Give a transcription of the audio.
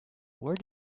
where